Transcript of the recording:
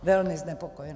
Velmi znepokojena.